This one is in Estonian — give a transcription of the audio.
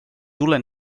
tule